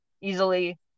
easily